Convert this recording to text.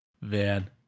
Man